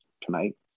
tonight